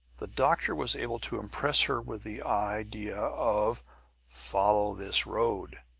the doctor was able to impress her with the idea of follow this road!